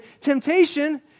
Temptation